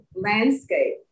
landscape